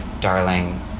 darling